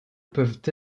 peuvent